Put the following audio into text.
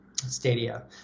stadia